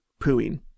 pooing